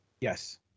Yes